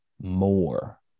more